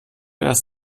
erst